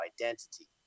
identity